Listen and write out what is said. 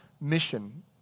mission